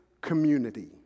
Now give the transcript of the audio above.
community